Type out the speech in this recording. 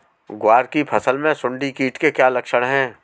ग्वार की फसल में सुंडी कीट के क्या लक्षण है?